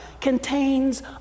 contains